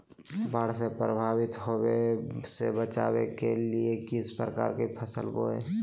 बाढ़ से प्रभावित होने से बचाव के लिए किस प्रकार की फसल बोए?